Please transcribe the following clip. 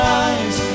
eyes